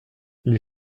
les